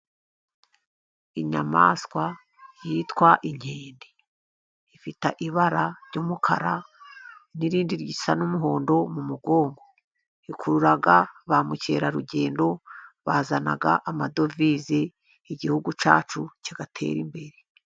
Inyamaswa yitwa inkende ifite ibara ry’umukara n’irindi risa n’umuhondo mu mugongo. Ikurura ba mukerarugendo, bazana amadovize, igihugu cyacu kigatera imbere.